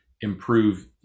improve